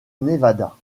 nevada